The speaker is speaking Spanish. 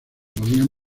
podían